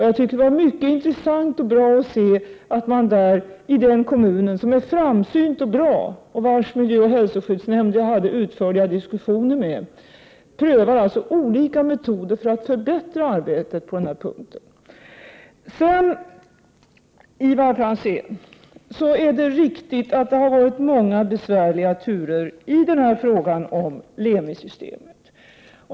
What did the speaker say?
Jag tycker att det var mycket intressant och bra att se att man i den kommunen, som är framsynt och bra och vars miljöoch hälsoskyddsnämnd jag hade utförliga diskussioner med, prövar olika metoder för att förbättra arbetet på den här punkten. Det är riktigt, Ivar Franzén, att det har varit många besvärliga turer i frågan om Lemi-systemet.